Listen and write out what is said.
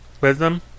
Wisdom